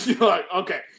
okay